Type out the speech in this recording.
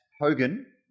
Hogan